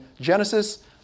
Genesis